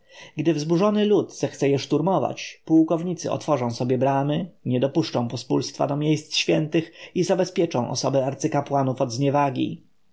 gdy wzburzony lud zechce je szturmować pułkownicy otworzą sobie bramy nie dopuszczą pospólstwa do miejsc świętych i zabezpieczą osoby arcykapłanów od